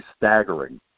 staggering